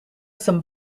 some